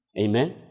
Amen